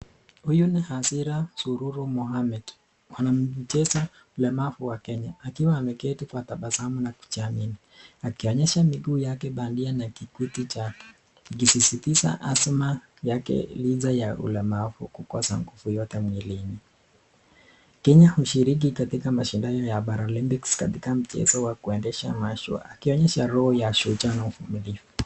Huyu ni Asiya Sururu Mohammed , mwanamichezo mlemavu wa kenya akiwa ameketi kwa tabasamu na kujiamini, akionyesha miguu yake bandia na kijiti chake kusisitiza azma yake licha ya ulemavu kukosa nguvu yote mwilini, Kenya hushiriki katika mashindano ya paralympics katika mchezo wa kuendesha mashua, akionyesha roho ya ushujaa na uvumilivu.